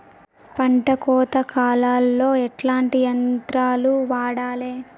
పంట కోత కాలాల్లో ఎట్లాంటి యంత్రాలు వాడాలే?